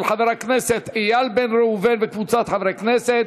של חבר הכנסת איל בן ראובן וקבוצת חברי כנסת,